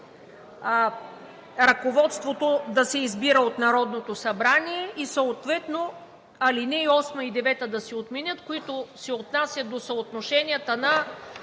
ръководството да се избира от Народното събрание; и съответно ал. 8 и ал. 9 да се отменят, които „се отнасят до съотношенията на